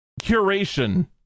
curation